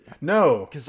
No